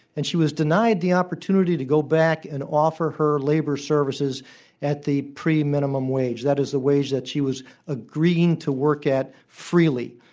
and she was denied the opportunity to go back and offer her labor services at the pre-minimum wage that is, the wage that she was agreeing to work at freely.